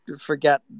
forget